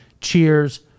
Cheers